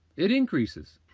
it increases.